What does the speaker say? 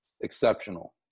exceptional